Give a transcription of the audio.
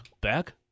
back